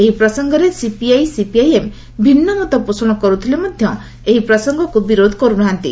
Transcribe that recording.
ଏହି ପ୍ରସଙ୍ଗରେ CPI CPIM ଭିନ୍ନୁମତ ପୋଷଣ କରୁଥିଲେ ମଧ୍ୟ ଏହି ପ୍ରସଙ୍ଗକୁ ବିରୋଧ କରୁନାହାନ୍ତି